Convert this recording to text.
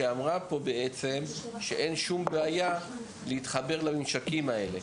שבעצם אמרה פה שאין שום בעיה להתחבר לממשקים האלה.